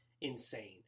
insane